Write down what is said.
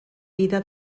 vida